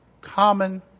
common